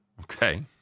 Okay